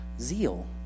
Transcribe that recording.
Zeal